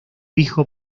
hijo